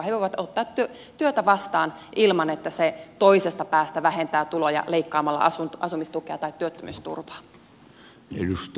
he voivat ottaa työtä vastaan ilman että se toisesta päästä vähentää tuloja leikkaamalla asumistukea tai työttömyysturvaa